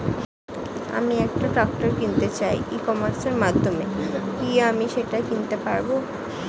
আমি একটা ট্রাক্টর কিনতে চাই ই কমার্সের মাধ্যমে কি আমি সেটা কিনতে পারব?